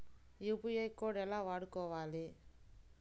UPI code ఎలా వాడుకోవాలి?